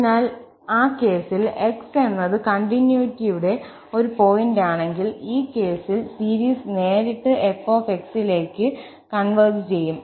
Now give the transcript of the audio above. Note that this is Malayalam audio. അതിനാൽ ആ കേസിൽ x എന്നത് കണ്ടിന്യൂറ്റിയുടെ ഒരു പോയിന്റാണെങ്കിൽ ഈ കേസിൽ സീരീസ് നേരിട്ട് f ലേക്ക് കൺവെർജ് ചെയ്യും